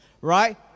right